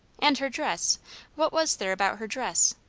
and her dress what was there about her dress?